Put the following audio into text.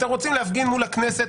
אתם רוצים להפגין מול הכנסת?